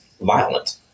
violent